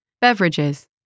Beverages